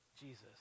Jesus